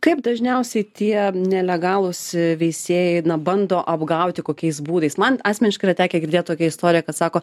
kaip dažniausiai tie nelegalūs veisėjai bando apgauti kokiais būdais man asmeniškai yra tekę girdėt tokią istoriją kad sako